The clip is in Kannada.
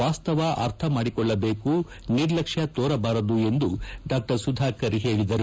ವಾಸ್ತವ ಅರ್ಥ ಮಾಡಿಕೊಳ್ಳಬೇಕು ನಿರ್ಲಕ್ಷ್ಯ ತೋರಬಾರದು ಎಂದು ಹೇಳಿದರು